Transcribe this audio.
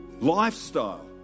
lifestyle